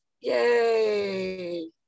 Yay